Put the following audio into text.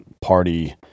party